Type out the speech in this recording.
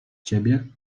ciebie